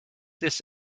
this